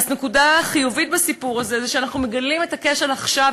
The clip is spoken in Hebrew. אז נקודה חיובית בסיפור הזה היא שאנחנו מגלים את הכשל עכשיו,